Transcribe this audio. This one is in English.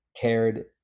cared